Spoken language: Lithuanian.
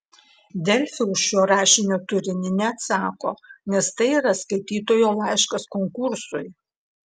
delfi už šio rašinio turinį neatsako nes tai yra skaitytojo laiškas konkursui